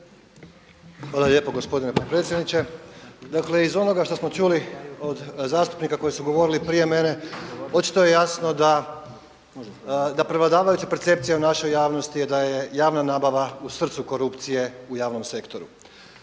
Hvala lijepo gospodine potpredsjedniče. Dakle iz onoga što smo čuli od zastupnika koji su govorili prije mene očito je jasno da prevladavajuća percepcija u našoj javnosti je da je javna nabava u srcu korupcije u javnom sektoru.